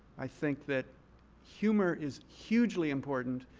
i think that humor is hugely important